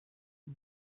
you